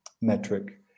Metric